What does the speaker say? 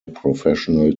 professional